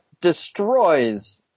destroys